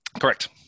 Correct